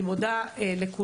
אני מודה לכולם.